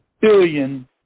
billion